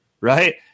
Right